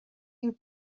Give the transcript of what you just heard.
این